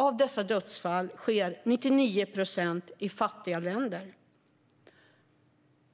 Av dessa dödsfall sker 99 procent i fattiga länder.